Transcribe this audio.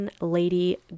Lady